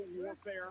warfare